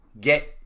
get